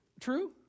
True